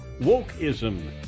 wokeism